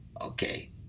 Okay